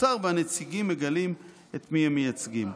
הוסר והנציגים מגלים את מי הם מייצגים".